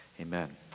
amen